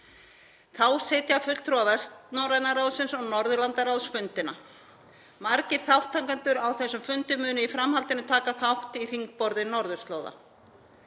Þá sitja fulltrúar Vestnorræna ráðsins og Norðurlandaráðs fundina. Margir þátttakendur á þessum fundi munu í framhaldinu taka þátt í Hringborði norðurslóða.